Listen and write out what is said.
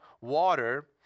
water